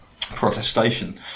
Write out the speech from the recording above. protestation